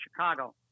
chicago